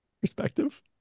perspective